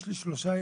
יש לי שלושה ילדים,